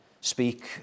speak